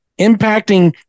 impacting